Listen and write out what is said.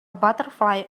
butterfly